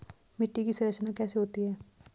मिट्टी की संरचना कैसे होती है?